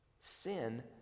Sin